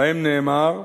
שבהם נאמר: